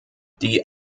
die